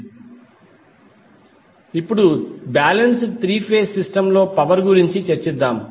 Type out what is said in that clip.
slide సమయం చూడండి 0753 ఇప్పుడు బ్యాలెన్స్ త్రీ ఫేజ్ సిస్టమ్లోని పవర్ గురించి చర్చిద్దాం